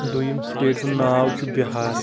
دوٚیُم سِٹیٹِہ ہںٛد ناو چھُ بِہار